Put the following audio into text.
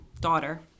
daughter